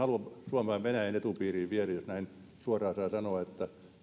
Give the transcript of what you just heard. suomea venäjän etupiiriin viedä jos näin suoraan saa sanoa